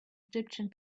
egyptian